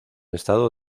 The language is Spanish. estado